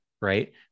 right